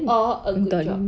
or a good job